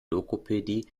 logopädie